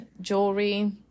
jewelry